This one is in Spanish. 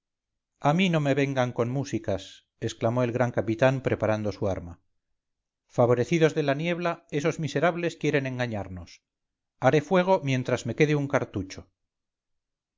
a mí no me vengan con músicas exclamó el gran capitán preparando su arma favorecidos de la niebla esos miserables quieren engañarnos haré fuego mientras me quede un cartucho